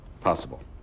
Possible